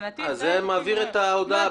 מעביר את ההודעה.